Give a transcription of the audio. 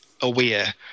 aware